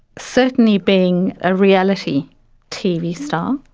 certainly being a reality tv star,